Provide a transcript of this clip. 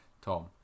Tom